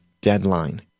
deadline